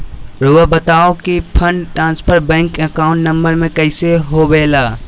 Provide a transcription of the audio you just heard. रहुआ बताहो कि fund transfer bank account number में कैसे होबेला?